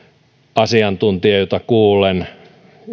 asiantuntijoita kuullen